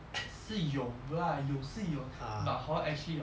是有 lah 有是有 but hor actually hor